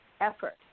effort